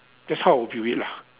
that's how I would view it lah